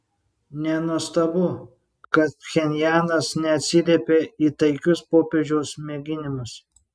nenuostabu kad pchenjanas neatsiliepė į taikius popiežiaus mėginimus